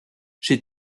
chez